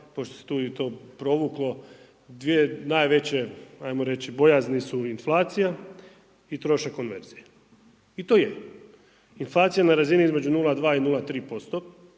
pošto se tu i to provuklo, dvije najveće, ajmo reći bojazni su inflacija i trošak konverzije. I to je, inflacija na razini između 0,2 i 0,3%